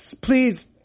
please